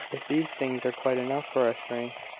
if these things are quite enough for our strength